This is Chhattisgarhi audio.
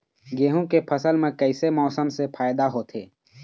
गेहूं के फसल म कइसे मौसम से फायदा होथे?